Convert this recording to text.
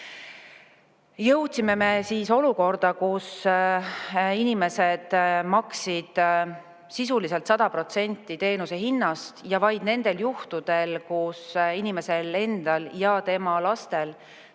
jõudsime olukorda, kus inimesed maksid sisuliselt 100% teenuse hinnast ja vaid nendel juhtudel, kus inimesel endal ja tema lastel